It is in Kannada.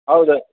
ಹೌದು